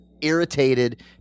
irritated